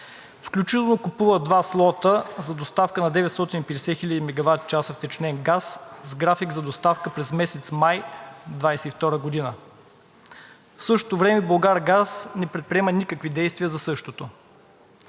включително купува два слота за доставка на 950 хиляди мегаватчаса втечнен газ с график за доставка през месец май 2022 г. В същото време „Булгаргаз“ не предприема никакви действия за същото.